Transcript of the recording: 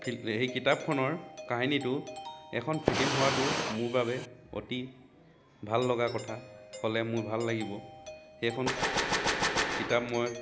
সেই কিতাপখনৰ কাহিনীটো এখন ফিল্ম হোৱাটো মোৰ বাবে অতি ভাল লগা কথা হ'লে মোৰ ভাল লাগিব সেইখন কিতাপ মই